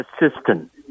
assistant